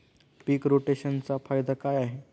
पीक रोटेशनचा फायदा काय आहे?